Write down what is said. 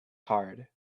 hard